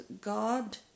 God